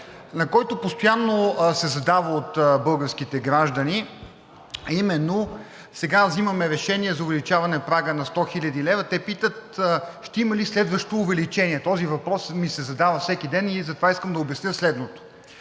който постоянно се задава от българските граждани, а именно – сега взимаме решение за увеличаване прага на 100 хил. лв., и те питат ще има ли следващо увеличение? Този въпрос ми се задава всеки ден и затова искам да обясня следното.